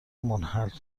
منحل